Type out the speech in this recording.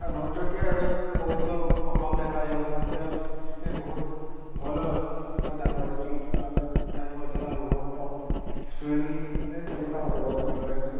ଆଉ ଘର ଚଟିଆ ଏବେ ବହୁତ କମ୍ ଦେଖ ଯାଉଛନ୍ତି ଆଉ ବହୁତ ଭଲ ଆଉ ତାଙ୍କର ଆବାଜ ମଧ୍ୟ ତାଙ୍କ ବହୁତ ସେଥିପାଇଁ ମୋତେ ବହୁତ ଭଲ ଲାଗିଥାଏ